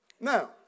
Now